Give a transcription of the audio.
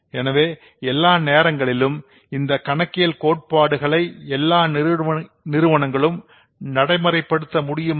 எனவே எல்லா நேரங்களிலும் இந்த கணக்கியல் கோட்பாடுகளை எல்லா நிறுவனங்களும் இந்த நடைமுறைப் படுத்த முடியுமா